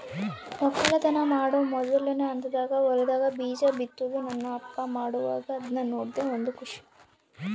ವಕ್ಕಲತನ ಮಾಡೊ ಮೊದ್ಲನೇ ಹಂತದಾಗ ಹೊಲದಾಗ ಬೀಜ ಬಿತ್ತುದು ನನ್ನ ಅಪ್ಪ ಮಾಡುವಾಗ ಅದ್ನ ನೋಡದೇ ಒಂದು ಖುಷಿ